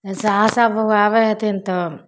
जइसे आशा बहू आबै हथिन तऽ